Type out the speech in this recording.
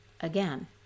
again